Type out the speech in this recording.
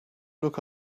look